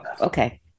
Okay